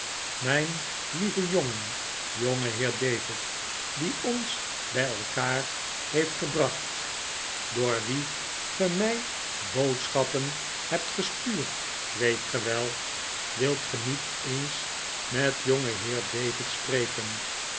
mijn lieve jongen jongeheer david die ons bij elkaar heeft gebracht door wien ge mij boodschappen hebt gestuurd weet ge wel wilt ge niet eens met jongenheer david spreken